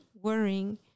worrying